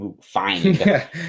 find